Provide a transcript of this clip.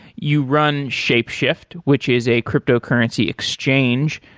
you run shapeshift, which is a cryptocurrency exchange,